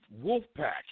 Wolfpack